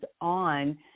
on